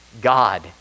God